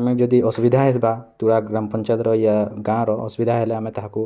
ଆମେ ଯଦି ଅସୁବିଧା ହେବା ତୁରା ଗ୍ରାମ ପଞ୍ଚାୟତର ୟା ଗାଁର ଅସୁବିଧା ହେଲେ ଆମେ ତାହାକୁ